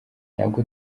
ntabwo